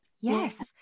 yes